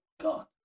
God